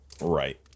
Right